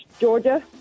Georgia